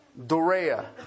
Dorea